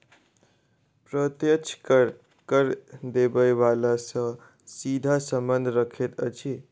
प्रत्यक्ष कर, कर देबय बला सॅ सीधा संबंध रखैत अछि